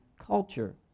culture